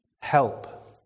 help